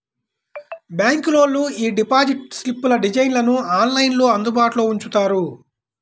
బ్యాంకులోళ్ళు యీ డిపాజిట్ స్లిప్పుల డిజైన్లను ఆన్లైన్లో అందుబాటులో ఉంచుతారు